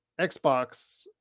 Xbox